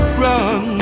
run